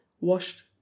washed